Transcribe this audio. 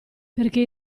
perché